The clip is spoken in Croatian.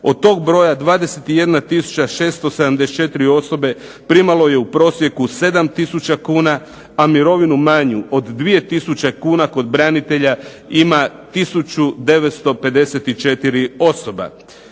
od tog broja 21 tisuća 674 osobe primalo je u prosjeku 7 tisuća kuna, a mirovinu manju od 2000 kuna kod branitelja ima 1954 osobe.